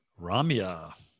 Ramya